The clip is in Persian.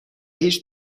هیچ